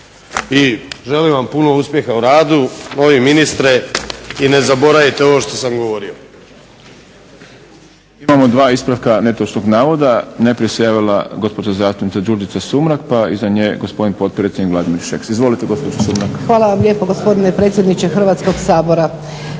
i želim vam puno uspjeha u radu novi ministre. I ne zaboravite ovo što sam govorio.